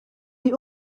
die